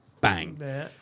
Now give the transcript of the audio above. bang